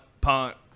punt